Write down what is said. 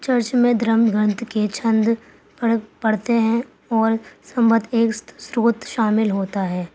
church میں دھرم گرنتھ کے چھند پڑھ پڑھتے ہیں اور سمواد سروت شامل ہوتا ہے